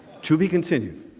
to be considered